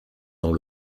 dans